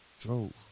drove